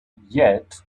yet